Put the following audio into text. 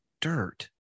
dirt